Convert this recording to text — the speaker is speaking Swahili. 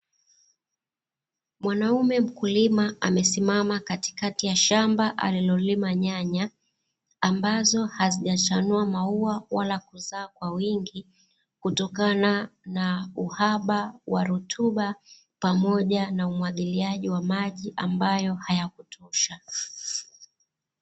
Mwanaume mkulima amesimama katikati ya shamba alilolima nyanya ambazo hazijachanua maua wala kuzaa kwa wingi, kutokana na uhaba wa rutuba pamoja na umwagiliaji wa maji ambayo hayakutosha.